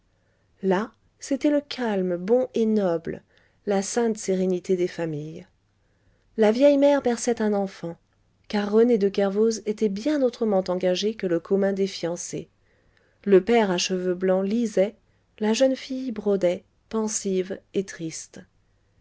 là c'était le calme bon et noble la sainte sérénité des familles la vieille mère berçait un enfant car rené de kervoz était bien autrement engagé que le commun des fiancés le père à cheveux blancs lisait la jeune fille brodait pensive et triste